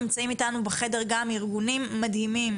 נמצאים אתנו בחדר גם ארגונים מדהימים,